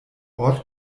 ort